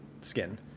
skin